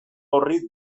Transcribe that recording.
horri